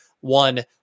one